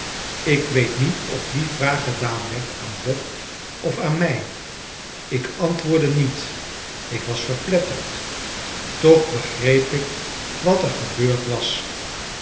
ik weet niet of die vraag gedaan werd aan bob of aan mij ik antwoordde niet ik was verpletterd toch begreep ik wat er gebeurd was